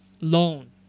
loan